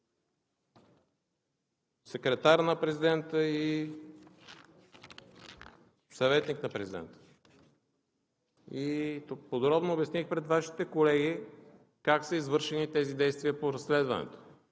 секретар на президента и съветник на президента. Подробно обясних пред Вашите колеги как са извършени тези действия по разследването.